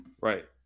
Right